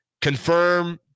confirm